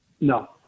No